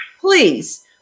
please